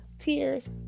tears